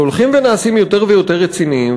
שהולכים ונעשים יותר ויותר רציניים,